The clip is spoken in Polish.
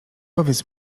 powiedz